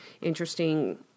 interesting